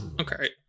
Okay